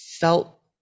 felt